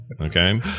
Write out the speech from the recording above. Okay